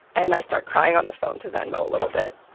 and i start crying on the phone to venmo a little bit.